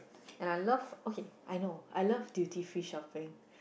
and I love okay I know I love duty free shopping